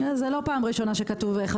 אחרי המילים בעת מילוי תפקידו יבוא: ורק